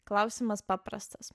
klausimas paprastas